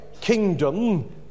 kingdom